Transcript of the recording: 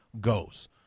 goes